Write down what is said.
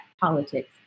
politics